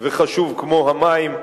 וחשוב כמו המים,